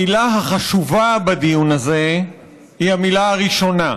המילה החשובה בדיון הזה היא המילה הראשונה: